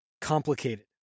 complicated